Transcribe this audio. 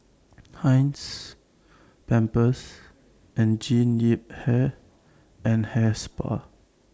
Heinz Pampers and Jean Yip Hair and Hair Spa